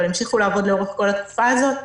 אבל המשיכו לעבוד לאורך כל התקופה הזאת.